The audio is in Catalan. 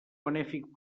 benèfic